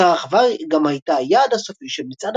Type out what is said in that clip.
אותה רחבה גם הייתה היעד הסופי של מצעד